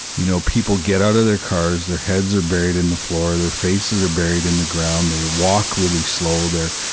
you know, people get out of their cars, their heads are buried in the floor, their faces are buried in the ground, they walk really slow, their,